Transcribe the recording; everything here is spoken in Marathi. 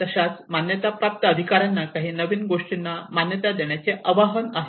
तशाच मान्यता प्राप्त अधिकाऱ्यांना काही नवीन गोष्टींना मान्यता देण्याचे आव्हान आहे